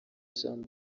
jean